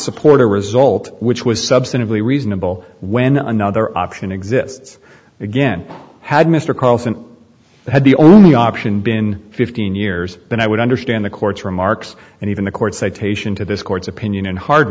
support a result which was substantively reasonable when another option exists again had mr carlson had the only option been fifteen years then i would understand the court's remarks and even the court citation to this court's opinion in hard